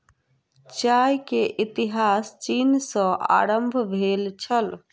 चाय के इतिहास चीन सॅ आरम्भ भेल छल